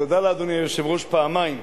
תודה לאדוני היושב-ראש פעמיים,